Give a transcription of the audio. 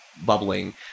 bubbling